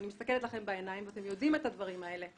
אני מסתכלת לכם בעיניים ואתם יודעים את הדברים האלה,